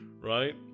Right